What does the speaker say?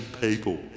people